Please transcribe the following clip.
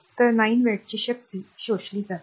तर 9 वॅटची शक्ती शोषली जाते